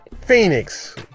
Phoenix